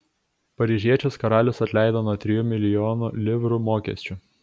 paryžiečius karalius atleido nuo trijų milijonų livrų mokesčių